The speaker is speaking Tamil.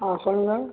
ஆ சொல்லுங்கள்